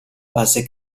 base